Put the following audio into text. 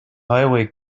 highway